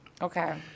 Okay